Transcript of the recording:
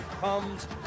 comes